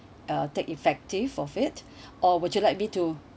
uh take effective forfeit or would you like me to